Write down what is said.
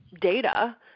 data